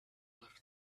left